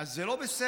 אז זה לא בסדר,